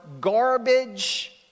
Garbage